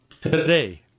today